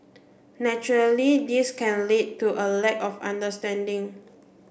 naturally this can lead to a lack of understanding